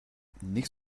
nicht